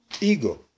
ego